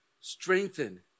Strengthen